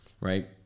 right